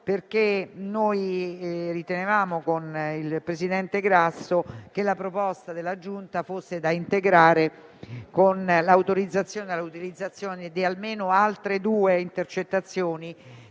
perché ritenevamo, con il presidente Grasso, che la proposta della Giunta fosse da integrare con l'autorizzazione all'utilizzazione di almeno altre due intercettazioni